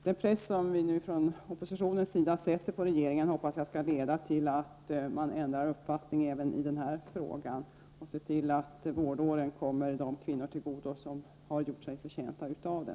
Den press som vi från oppositionen nu sätter på regeringen hoppas jag skall leda till att man ändrar uppfattning även i denna fråga och ser till att vårdåren kommer de kvinnor till godo som har gjort sig förtjänta av dem.